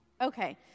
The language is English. Okay